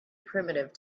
primitive